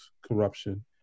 corruption